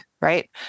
right